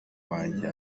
wanjye